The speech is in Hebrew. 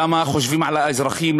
למה לא חושבים על האזרחים,